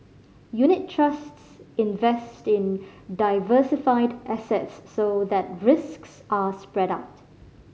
unit trusts invest in diversified assets so that risks are spread out